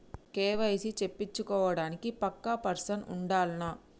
KYC చేపిచ్చుకోవడానికి పక్కా person ఉండాల్నా?